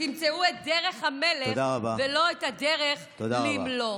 תמצאו את דרך המלך ולא את הדרך למלוך.